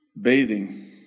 bathing